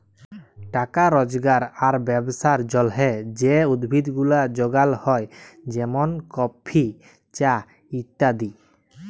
টাকা রজগার আর ব্যবসার জলহে যে উদ্ভিদ গুলা যগাল হ্যয় যেমন কফি, চা ইত্যাদি